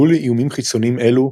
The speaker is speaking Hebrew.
מול איומים חיצוניים אלו,